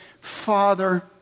Father